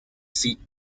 seat